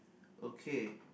okay